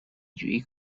جویی